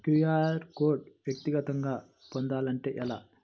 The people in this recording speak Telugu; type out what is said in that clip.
క్యూ.అర్ కోడ్ వ్యక్తిగతంగా పొందాలంటే ఎలా?